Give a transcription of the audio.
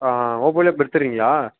ஆ ஆ ஓப்போலையே இப்போ எடுத்துட்றீங்களா